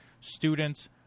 students